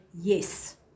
yes